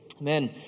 Amen